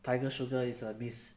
tiger sugar is a miss